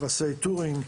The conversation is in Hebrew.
פרסי טיורינג,